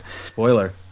Spoiler